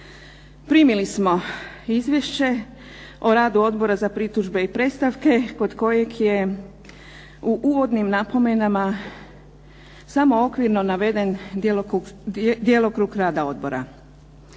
Primili smo izvješće o radu Odbora za pritužbe i predstavke kod kojeg je u uvodnim napomenama samo okvirno naveden djelokrug rada odbora.